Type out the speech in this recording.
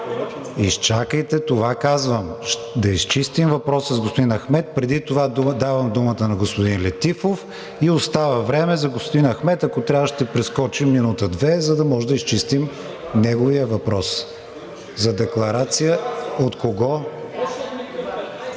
Изчакайте, това казвам – да изчистим въпроса с господин Ахмед. Преди това давам думата на господин Летифов и остава време за господин Ахмед, ако трябва ще прескочим минута-две, за да може да изчистим неговия въпрос. За декларация, от кого?